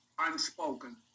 unspoken